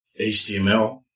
HTML